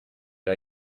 are